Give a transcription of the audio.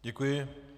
Děkuji.